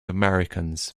americans